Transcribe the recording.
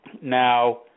Now